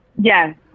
Yes